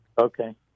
Okay